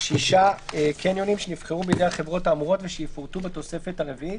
שישה קניונים שנבחרו בידי החברות האמורות ושיפורטו בתוספת הרביעית,